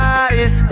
eyes